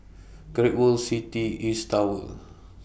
Great World City East Tower